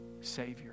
Savior